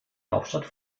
hauptstadt